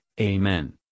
Amen